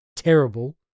Terrible